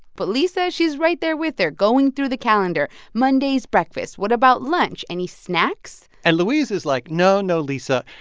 but lisa, she's right there with her going through the calendar monday's breakfast. what about lunch? any snacks? and louise is like, no, no, lisa.